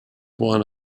won